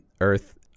Earth